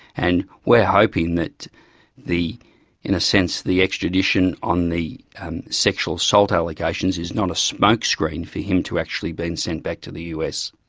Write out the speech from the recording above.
and we're hoping that the in a sense the extradition on the sexual assault allegations is not a smokescreen for him to actually being sent back to the us.